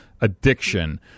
addiction